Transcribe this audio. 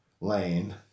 lane